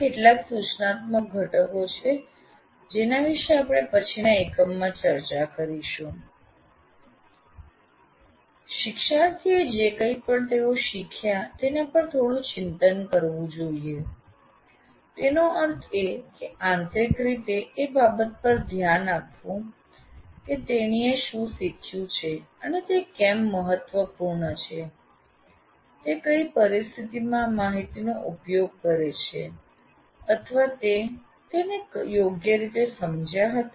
આ કેટલાક સૂચનાત્મક ઘટકો છે જેના વિષે આપને પછીના એકમમાં ચર્ચા કરીશું શિક્ષાર્થીએ જે કઈં પણ તેઓ શીખ્યા તેના પર થોડું ચિંતન કરવું જોઈએ તેનો અર્થ એ કે આંતરિક રીતે એ બાબત પર ધ્યાન એવું કે તે તેણીએ શું શીખ્યું અને તે કેમ મહત્વપૂર્ણ છે તે તેણી કઈ પરિસ્થિતિમાં આ માહિતીનો ઉપયોગ કરે છે અથવા તે તેણી તેને યોગ્ય રીતે સમજ્યા હતા